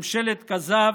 ממשלת כזב,